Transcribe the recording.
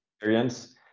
experience